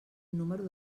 número